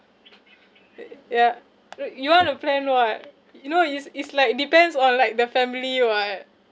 uh ya you you want to plan what you know is is like depends on like the family [what]